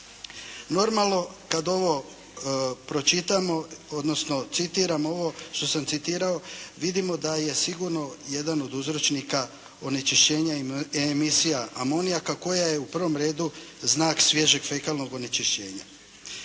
ovo što sam citirao, vidimo da je sigurno jedan od uzročnika onečišćenje emisija amonijaka koja je u prvom redu znak svježeg fekalnog onečišćenja.